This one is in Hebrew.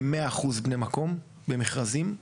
כ-100% בני מקום במכרזים.